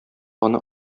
аны